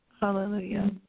Hallelujah